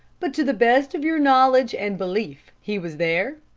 but to the best of your knowledge and belief he was there?